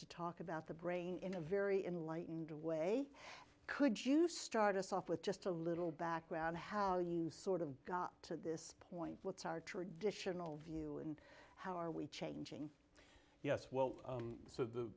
to talk about the brain in a very enlightened way could you start us off with just a little background how you sort of got to this point what's our traditional view and how are we changing yes well so the